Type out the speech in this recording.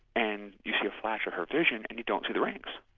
and you see a flash of her vision and you don't see the rings,